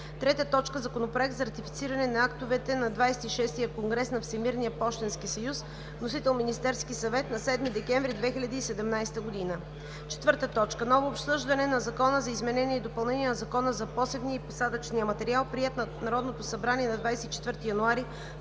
2018 г. 3. Законопроект за ратифициране на актовете на XXVI конгрес на Всемирния пощенски съюз. Вносител е Министерският съвет на 7 декември 2017 г. 4. Ново обсъждане на Закона за изменение и допълнение на Закона за посевния и посадъчния материал, приет в Народното събрание на 24 януари